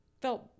felt